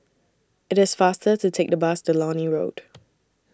IT IS faster to Take The Bus to Lornie Road